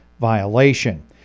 violation